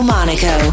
Monaco